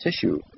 tissue